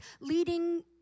leading